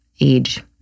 age